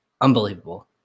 unbelievable